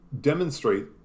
demonstrate